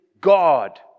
God